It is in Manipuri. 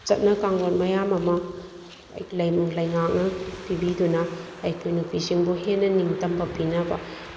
ꯆꯠꯅ ꯀꯥꯡꯂꯣꯟ ꯃꯌꯥꯝ ꯑꯃ ꯂꯩꯉꯥꯛꯅ ꯄꯤꯕꯤꯗꯨꯅ ꯑꯩꯈꯣꯏ ꯅꯨꯄꯤꯁꯤꯡꯕꯨ ꯍꯦꯟꯅ ꯅꯤꯡꯇꯝꯕ ꯄꯤꯅꯕ